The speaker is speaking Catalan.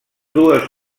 dues